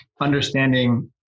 understanding